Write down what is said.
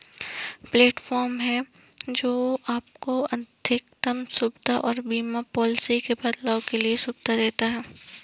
platform है, जो आपको अधिकतम सुविधा और बीमा पॉलिसी में बदलाव करने की सुविधा देता है